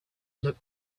look